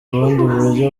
ubundi